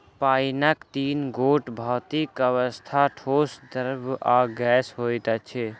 पाइनक तीन गोट भौतिक अवस्था, ठोस, द्रव्य आ गैस होइत अछि